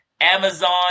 Amazon